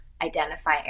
identify